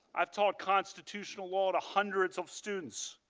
i saw constitutional law to hundreds of students.